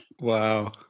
Wow